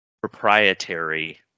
proprietary